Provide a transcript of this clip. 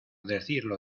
decirlo